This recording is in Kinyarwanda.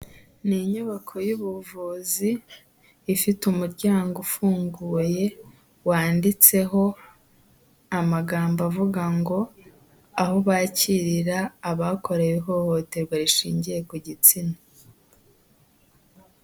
Ni inyubako y'ubuvuzi ifite umuryango ufunguye wanditseho amagambo avuga ngo aho bakirira abakorewe ihohoterwa rishingiye ku gitsina.